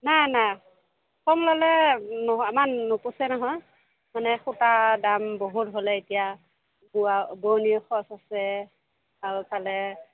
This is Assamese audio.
নাই নাই কম ল'লে আমাৰ নোপোচায় নহয় মানে সূতা দাম বহুত হ'লে এতিয়া বোৱা বোৱনীও খৰচ আছে আৰু এইফালে